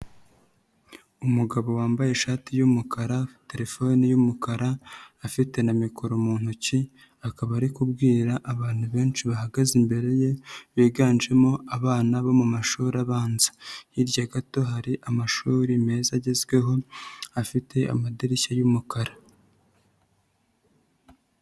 Umugabo wambaye ishati y'umukara, telefone y'umukara afite na mikoro mu ntoki, akaba ari kubwira abantu benshi bahagaze imbere ye biganjemo abana bo mu mashuri abanza, hirya gato hari amashuri meza agezweho afite amadirishya y'umukara.